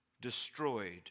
destroyed